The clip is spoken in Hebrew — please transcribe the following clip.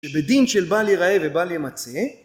שבדין של בל ייראה ובל ימצא